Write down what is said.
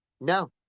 no